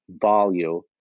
value